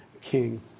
king